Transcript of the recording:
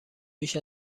بیش